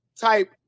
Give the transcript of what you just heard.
type